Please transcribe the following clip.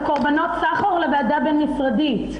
לקורבנות סחר או לוועדה הבין-משרדית?